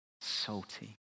salty